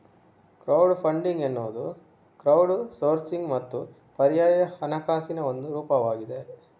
crowd funding ಎನ್ನುವುದು crowdsourcing ಮತ್ತು ಪರ್ಯಾಯ ಹಣಕಾಸಿನ ಒಂದು ರೂಪವಾಗಿದೆ